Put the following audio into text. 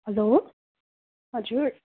hello हजुर